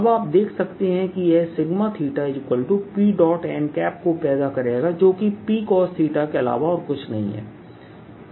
अब आप देख सकते हैं कि यह P n को पैदा करेगा जो कि Pcos के अलावा और कुछ नहीं है